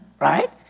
Right